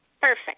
Perfect